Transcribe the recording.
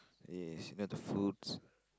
yes you know the foods